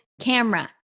camera